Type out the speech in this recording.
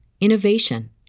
innovation